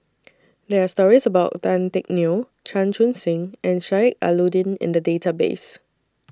There Are stories about Tan Teck Neo Chan Chun Sing and Sheik Alau'ddin in The Database